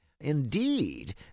Indeed